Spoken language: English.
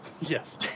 Yes